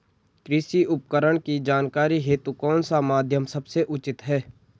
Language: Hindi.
कृषि उपकरण की जानकारी हेतु कौन सा माध्यम सबसे उचित है?